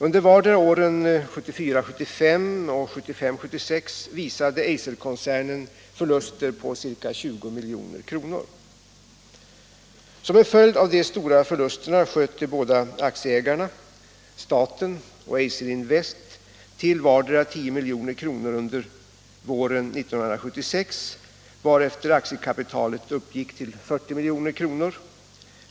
Under vartdera åren 1974 76 visade Eiserkoncernen förluster på ca 20 milj.kr. Som en följd av de stora förlusterna tillsköt de båda aktieägarna — staten och Eiser Invest — vardera 10 milj.kr. under våren 1976, varefter aktiekapitalet uppgick till 40 milj.kr.